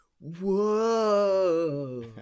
Whoa